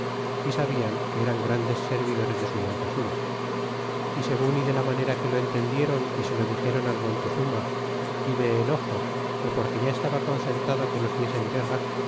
y sabían que eran grandes servidores de su montezuma y segun y de la manera que lo entendiéron y se lo dixéron al montezuma y de enojo ó porque ya estaba concertado que nos diesen guerra